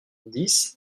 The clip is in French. dix